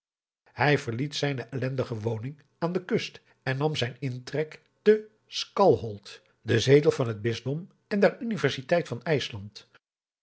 hij verliet zijne ellendige woning aan de kust en nam zijn intrek te skalholt den zetel van het bisdom en der universiteit van ijsland